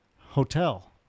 hotel